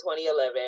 2011